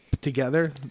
together